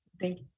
Thank